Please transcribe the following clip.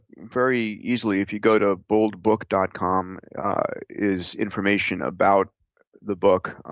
very easily. if you go to boldbook dot com is information about the book.